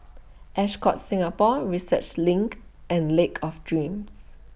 Ascott Singapore Research LINK and Lake of Dreams